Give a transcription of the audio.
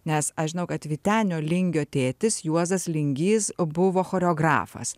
nes aš žinau kad vytenio lingio tėtis juozas lingys buvo choreografas